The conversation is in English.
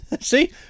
See